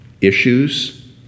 issues